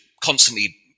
constantly